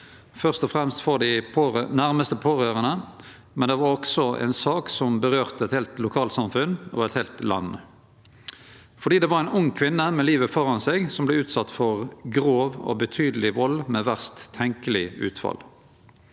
først og fremst for dei næraste pårørande, men det var også ei sak som vedkom eit heilt lokalsamfunn og eit heilt land, fordi det var ei ung kvinne med livet framfor seg som vart utsett for grov og betydeleg vald, med verst tenkjeleg utfall.